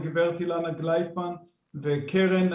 הגברת אילנה גלייטמן וקרן,